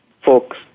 folks